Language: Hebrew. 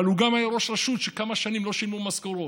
אבל הוא גם היה ראש רשות כשכמה שנים לא שילמו משכורות.